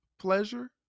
pleasure